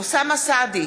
אוסאמה סעדי,